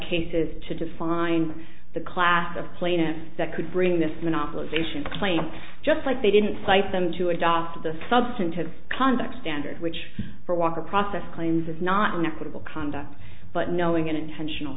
cases to define the class of plaintiffs that could bring this monopolization claim just like they didn't cite them to a doctor the substantive conduct standard which for walker process claims is not an equitable conduct but knowing an intentional